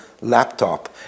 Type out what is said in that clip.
laptop